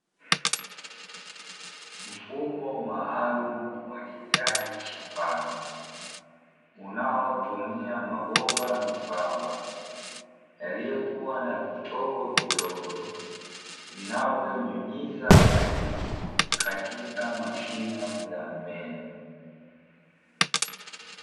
Mfumo maalumu wa umwagiliaji shambani, unaotumia mabomba membamba yaliyokuwa na vitobo vidogo vinavyonyunyiza maji katika mashina ya mmea.